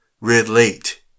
relate